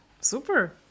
super